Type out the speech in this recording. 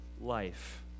life